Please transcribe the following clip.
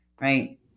right